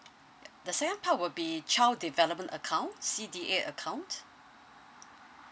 ya the second part will be child development account C_D_A account